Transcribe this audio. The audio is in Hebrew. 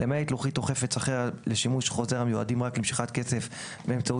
למעט לוחית או חפץ אחר לשימוש חוזר המיועדים רק למשיכת כסף באמצעות